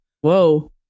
Whoa